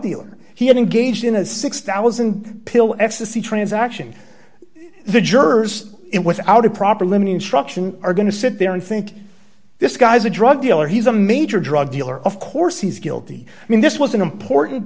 dealer he had engaged in a six thousand pill ecstasy transaction the jurors in without a proper lineage struction are going to sit there and think this guy's a drug dealer he's a major drug dealer of course he's guilty i mean this was an important